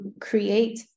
create